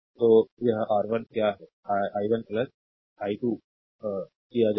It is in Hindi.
तो यह r1 क्या i1 i2 कॉल किया जाएगा